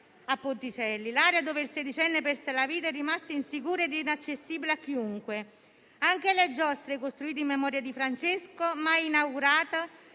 a Ponticelli. L'area dove il quattordicenne perse la vita è rimasta insicura e inaccessibile a chiunque. Anche le giostre, costruite in memoria di Francesco, mai inaugurate,